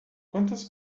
quantas